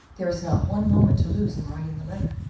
there is not one moment to lose in writing the letter.